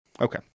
Okay